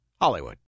Hollywood